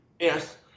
Yes